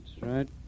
right